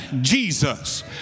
Jesus